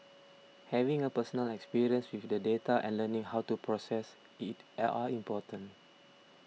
having a personal experience with the data and learning how to process it L are important